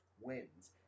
wins